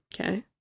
Okay